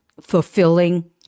fulfilling